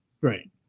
Right